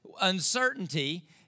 Uncertainty